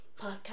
podcast